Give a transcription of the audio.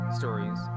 stories